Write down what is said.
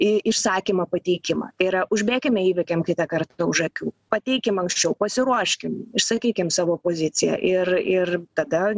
i išsakymą pateikimą tai yra užbėkime įvykiam kitą kartą už akių pateikim anksčiau pasiruoškim išsakykim savo poziciją ir ir tada